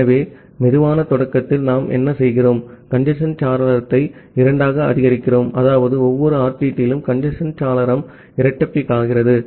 ஆகவே சுலோ ஸ்டார்ட்த்தில் நாம் என்ன செய்கிறோம் கஞ்சேஸ்ன் சாளரத்தை இரண்டாக அதிகரிக்கிறோம் அதாவது ஒவ்வொரு ஆர்டிடியிலும் கஞ்சேஸ்ன் சாளரம் இரட்டிப்பாகிறது